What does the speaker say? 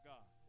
God